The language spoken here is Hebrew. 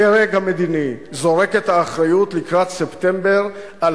הדרג המדיני זורק את האחריות לקראת ספטמבר על